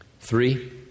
three